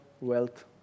wealth